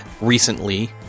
recently